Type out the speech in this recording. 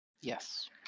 Yes